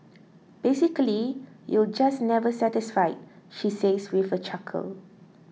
basically you're just never satisfied she says with a chuckle